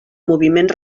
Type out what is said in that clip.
moviment